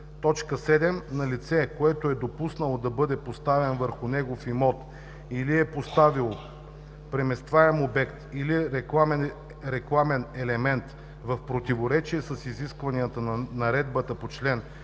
т. 7: „7. на лице, което е допуснало да бъде поставен върху негов имот или е поставило преместваем обект или рекламен елемент в противоречие с изискванията на наредбата по чл.